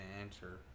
answer